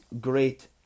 great